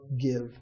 give